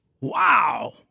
wow